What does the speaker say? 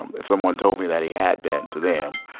um if someone told me that he had been to them,